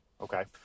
Okay